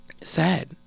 sad